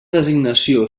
designació